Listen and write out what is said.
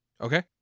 Okay